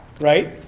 right